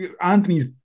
Anthony's